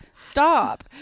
Stop